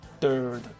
third